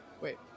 wait